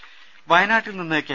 ദ്ദേ വയനാട്ടിൽ നിന്ന് കെ